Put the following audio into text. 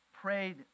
prayed